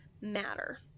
matter